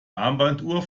armbanduhr